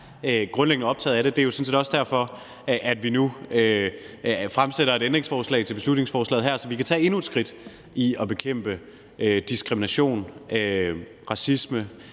grundlæggende er optaget af det. Det er jo sådan set også derfor, at vi nu stiller et ændringsforslag til beslutningsforslaget her, så vi kan tage endnu et skridt mod at bekæmpe diskrimination, racisme,